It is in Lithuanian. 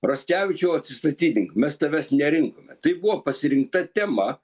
raskevičiau atsistatydink mes tavęs nerinkome tai buvo pasirinkta tema